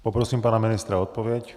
Poprosím pana ministra o odpověď.